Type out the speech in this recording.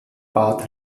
bad